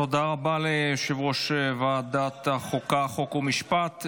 תודה רבה ליושב-ראש ועדת החוקה חוק ומשפט,